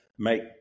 make